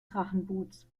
drachenboots